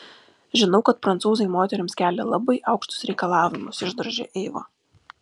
žinau kad prancūzai moterims kelia labai aukštus reikalavimus išdrožė eiva